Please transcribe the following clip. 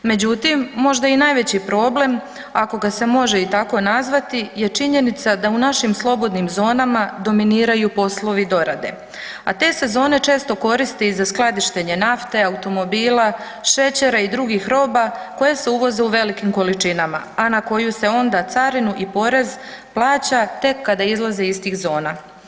Međutim, možda i najveći problem, ako ga se može i tako nazvati je činjenica da u našim slobodnim zonama dominiraju poslovi dorade, a te se zone često koristi i za skladištenje nafte, automobila, šećera i drugih roba koje se uvoze u velikim količinama, a na koju se onda carinu i porez plaća tek kada izlaze iz tih zona.